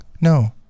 No